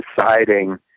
deciding